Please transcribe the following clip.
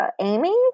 Amy